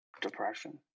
depression